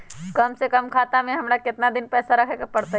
कम से कम खाता में हमरा कितना पैसा रखे के परतई?